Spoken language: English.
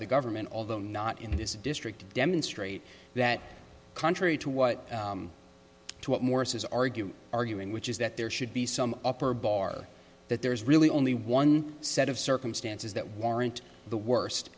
the government although not in this district to demonstrate that contrary to what to what morris is argue arguing which is that there should be some upper bar that there's really only one set of circumstances that warrant the worst